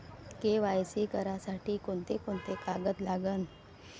KYC करासाठी कोंते कोंते कागद लागन?